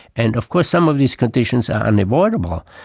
and of course some of these conditions are unavoidable,